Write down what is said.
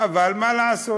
אבל מה לעשות,